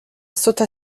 sauta